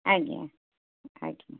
ଆଜ୍ଞା ଆଜ୍ଞା